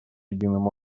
единым